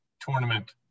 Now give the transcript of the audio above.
tournament